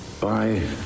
bye